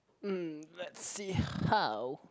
mm let's see how